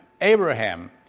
Abraham